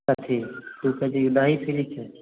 कथी ठीक की कहैत छै दही फ्री छै